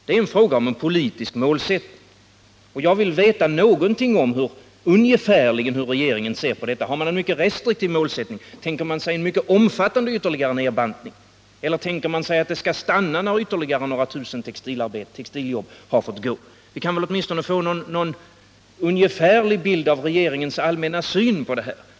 Det är fråga om en politisk målsättning, och jag vill veta ungefärligen hur regeringen ser på detta. Har man en mycket restriktiv målsättning? Tänker man sig en mycket omfattande ytterligare nedbantning eller tänker man sig att det skall stanna när ytterligare några tusen textiljobb har fått försvinna? Vi kan väl åtminstone få någon ungefärlig bild av regeringens allmänna syn på det här.